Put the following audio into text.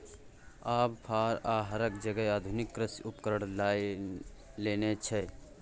आब फार आ हरक जगह आधुनिक कृषि उपकरण लए लेने छै